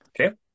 okay